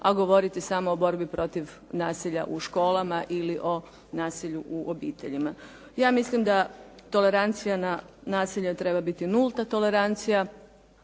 a govoriti samo o borbi protiv nasilja u školama ili o nasilju u obiteljima. Ja mislim da tolerancija na nasilju treba biti nulta tolerancija.